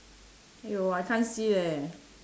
!aiyo! I can't see eh